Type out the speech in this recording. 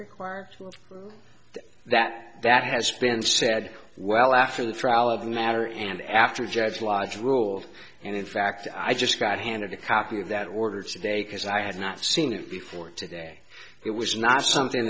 require that that has been said well after the trial of the matter and after judge lodge ruled and in fact i just got handed a copy of that order today because i had not seen it before today it was not something